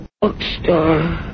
Bookstore